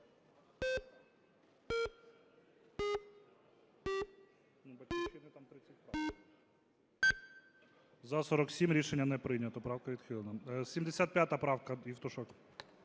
За-47 Рішення не прийнято. Правка відхилена. 75 правка, Євтушок.